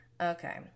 Okay